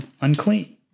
unclean